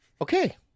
Okay